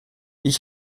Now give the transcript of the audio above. ich